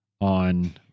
on